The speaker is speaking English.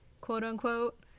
quote-unquote